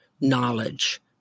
knowledge